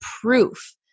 proof